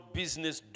business